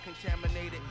contaminated